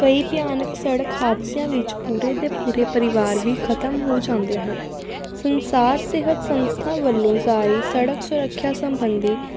ਕਈ ਭਿਆਨਕ ਸੜਕ ਹਾਦਸਿਆਂ ਵਿੱਚ ਪੂਰੇ ਦੇ ਪੂਰੇ ਪਰਿਵਾਰ ਵੀ ਖਤਮ ਹੋ ਜਾਂਦੇ ਹਨ ਸੰਸਾਰ ਸਿਹਤ ਸੰਸਥਾ ਵੱਲੋਂ ਸਾਰੀ ਸੜਕ ਸੁਰੱਖਿਆ ਸੰਬੰਧੀ